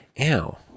Ow